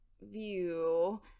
view